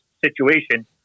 situation